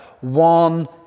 one